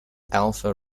alfa